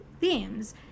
themes